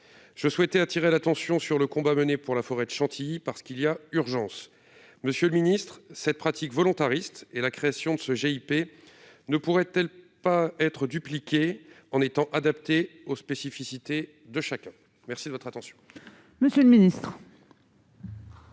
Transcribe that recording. Je souhaitais attirer l'attention sur le combat mené pour la forêt de Chantilly, parce qu'il y a urgence ! Monsieur le ministre, cette pratique volontariste et la création de ce GIP ne pourraient-elles pas être dupliquées, en tenant compte des spécificités de chaque situation